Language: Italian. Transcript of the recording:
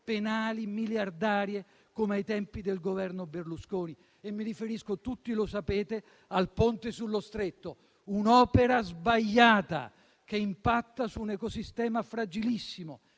penali miliardarie come ai tempi del Governo Berlusconi. Mi riferisco - tutti lo sapete - al Ponte sullo Stretto, un'opera sbagliata che impatta su un ecosistema fragilissimo